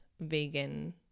vegan